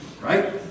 right